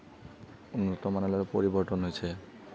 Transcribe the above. উন্নতমানলৈ পৰিৱৰ্তন হৈছে